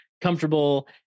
comfortable